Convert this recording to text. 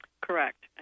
Correct